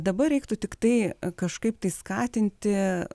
dabar reiktų tiktai kažkaip tai skatinti